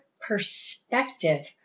perspective